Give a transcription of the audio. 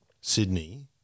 Sydney